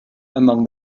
among